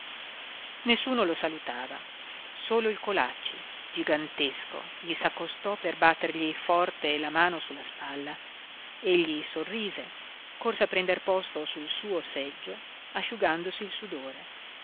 nessuno lo salutava solo il colacci gigantesco gli s'accostò per battergli forte la mano su la spalla egli sorrise corse a prender posto sul suo seggio asciugandosi il sudore